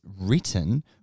written